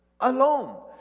alone